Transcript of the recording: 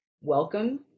welcome